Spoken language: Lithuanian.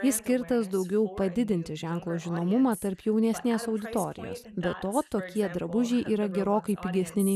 jis skirtas daugiau padidinti ženklo žinomumą tarp jaunesnės auditorijos be to tokie drabužiai yra gerokai pigesni nei